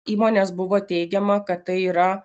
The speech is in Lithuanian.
įmonės buvo teigiama kad tai yra